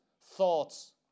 thoughts